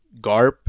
garp